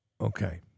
Okay